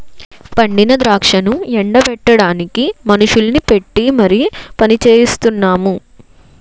పండిన ద్రాక్షను ఎండ బెట్టడానికి మనుషుల్ని పెట్టీ మరి పనిచెయిస్తున్నాము